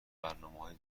برنامههای